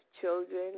children